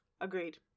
Agreed